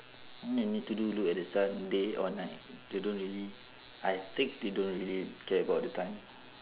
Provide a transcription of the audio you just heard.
all you need to do look at the sun day or night they don't really I think they don't really care about the time